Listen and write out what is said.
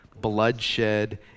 bloodshed